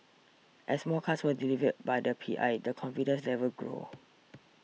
as more cars were delivered by the P I the confidence level grew